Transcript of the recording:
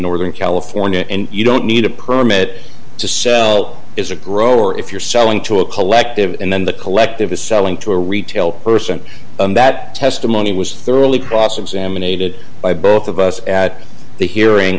northern california and you don't need a permit to sell is a grower if you're selling to a collective and then the collective is selling to a retail person that testimony was thoroughly cross examined aided by both of us at the hearing